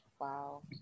Wow